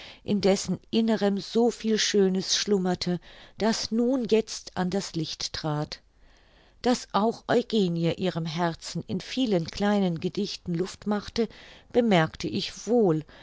in dessen innerem so viel schönes schlummerte das nun jetzt an das licht trat daß auch eugenie ihrem herzen in vielen kleinen gedichten luft machte bemerkte ich wohl